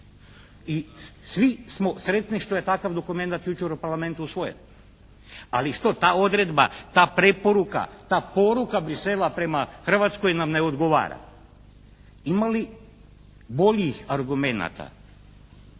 I svi smo sretni što je takav dokumenat jučer u Parlamentu usvojen. Ali isto ta odredba, ta preporuka, ta poruka Bruxellesa prema Hrvatskoj nam ne odgovara. Ima li boljih argumenata.